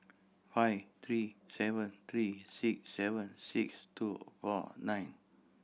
five three seven three six seven six two four nine